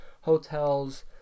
hotels